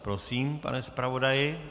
Prosím, pane zpravodaji.